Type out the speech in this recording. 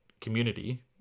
community